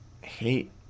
hate